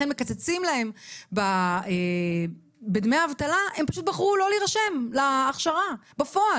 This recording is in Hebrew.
מקצצים להם בדמי האבטלה ופשוט בחרו לא להירשם להכשרה בפועל,